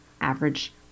average